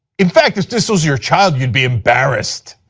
in fact, if this was your child you would be embarrassed.